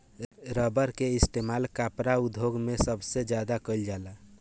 rubber के इस्तेमाल कपड़ा उद्योग मे सबसे ज्यादा कइल जाला